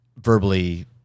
verbally